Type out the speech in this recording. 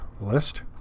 list